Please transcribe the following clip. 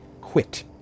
quit